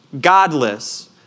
godless